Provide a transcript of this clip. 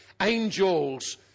angels